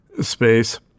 space